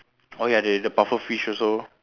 oh ya the the pufferfish also